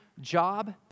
job